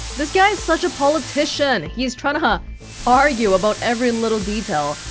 this guy's such a politician, he's trying to ah argue about every little detail,